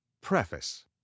preface